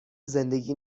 زندگی